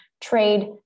trade